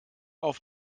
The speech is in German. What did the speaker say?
auf